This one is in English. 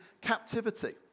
captivity